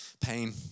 pain